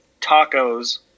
tacos